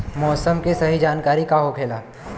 मौसम के सही जानकारी का होखेला?